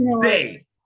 day